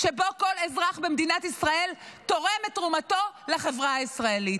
שבו כל אזרח במדינת ישראל תורם את תרומתו לחברה הישראלית.